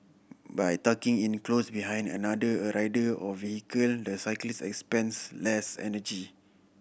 by tucking in close behind another a rider or vehicle the cyclist expends less energy